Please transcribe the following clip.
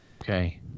Okay